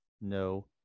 no